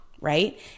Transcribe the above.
Right